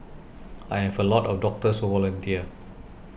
I have a lot of doctors who volunteer